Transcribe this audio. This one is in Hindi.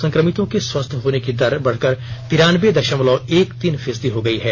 संकमितो के स्वस्थ होने की दर बढ़कर तिरानवे दशमलव एक तीन फीसदी हो गई है